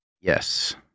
Yes